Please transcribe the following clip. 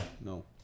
No